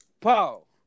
Paul